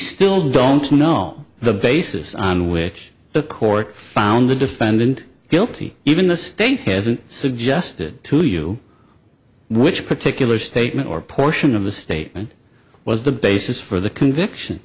still don't know the basis on which the court found the defendant guilty even the state hasn't suggested to you which particular statement or portion of the statement was the basis for the conviction